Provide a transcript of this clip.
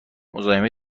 مزاحم